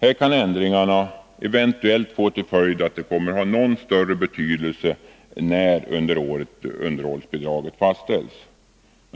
Här kan 173 Sättet att fastställa ändringen eventuellt få till följd att det kommer att ha något större betydelse när under året som underhållsbidraget fastställs.